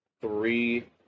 three